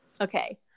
Okay